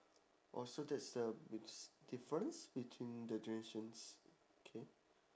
oh so that's the diff~ difference between the generations K